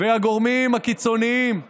והגורמים הקיצוניים יתמתנו.